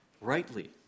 rightly